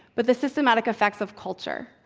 but the systematic effects of culture,